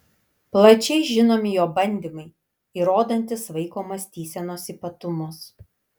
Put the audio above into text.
plačiai žinomi jo bandymai įrodantys vaiko mąstysenos ypatumus